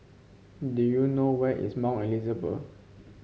do you know where is Mount Elizabeth